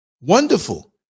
Wonderful